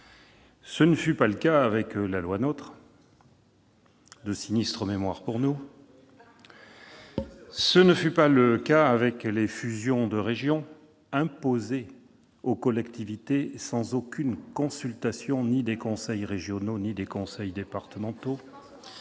Tel ne fut pas le cas avec la loi NOTRe, ... C'est vrai !... de sinistre mémoire pour nous. Tel ne fut pas le cas avec les fusions de régions, imposées sans aucune consultation ni des conseils régionaux ni des conseils départementaux.